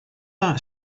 that